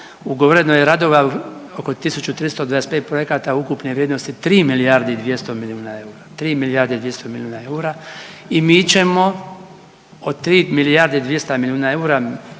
Ugovoreno je radova oko 1325 projekata ukupne vrijednosti 3 milijarde i 200 milijuna eura, 3 milijarde i 200 milijuna eura